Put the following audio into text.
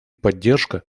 поддержка